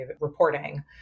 reporting